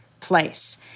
place